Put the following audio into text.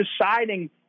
deciding